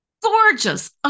gorgeous